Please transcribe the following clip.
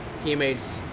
teammates